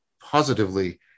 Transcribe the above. positively